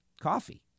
coffee